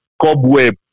cobweb